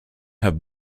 have